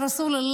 אמר הנביא,